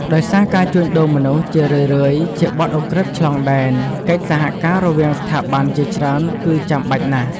ដោយសារការជួញដូរមនុស្សជារឿយៗជាបទឧក្រិដ្ឋឆ្លងដែន កិច្ចសហការរវាងស្ថាប័នជាច្រើនគឺចាំបាច់ណាស់។